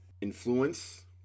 influence